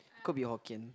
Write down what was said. could be Hokkien